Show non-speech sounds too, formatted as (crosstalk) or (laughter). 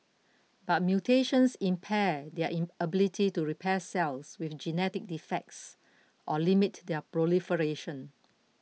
but mutations impair their (unintelligible) ability to repair cells with genetic defects or limit their proliferation